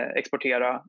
exportera